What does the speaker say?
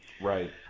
Right